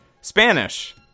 Spanish